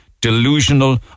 delusional